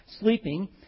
sleeping